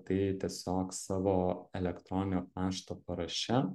tai tiesiog savo elektroninio pašto paraše